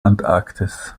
antarktis